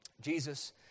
Jesus